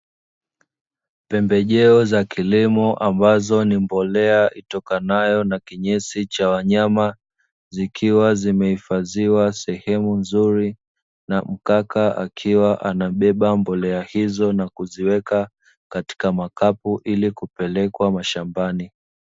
Pembejeo za kilimo ambazo ni mbolea itokanayo na kinyesi cha wanyama, zikiwa zimehifadhiwa sehemu nzuri na mkaka akiwa anabeba mbolea hizo na kuziweka katika makapu ili kupelekwa mashambani.